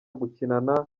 gukinana